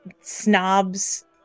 snobs